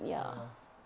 ya